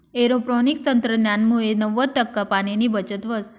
aeroponics तंत्रज्ञानमुये नव्वद टक्का पाणीनी बचत व्हस